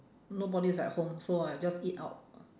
nobody is at home so I just eat out